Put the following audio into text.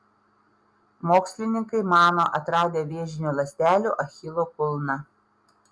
mokslininkai mano atradę vėžinių ląstelių achilo kulną